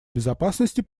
безопасности